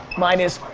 mine is